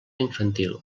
infantil